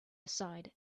aside